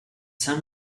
sam